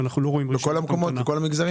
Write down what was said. בכל המגזרים?